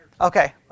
Okay